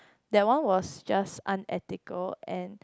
that one was just unethical and